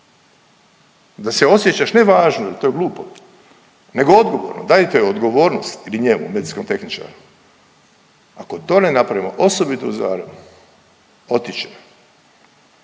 da se osjećaš važnom, to je glupo, nego odgovornom, dajte joj odgovornost ili njemu, medicinskom tehničaru. Ako to ne napravimo, osobito u Zagrebu, otići